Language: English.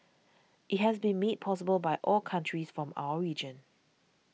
it has been made possible by all countries from our region